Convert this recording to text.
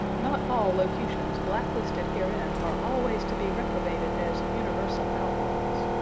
not all locutions blacklisted herein are always to be reprobated as universal outlaws.